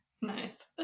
Nice